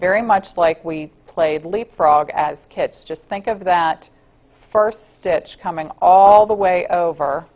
very much like we played leapfrog as kids just think of that first stitch coming all the way over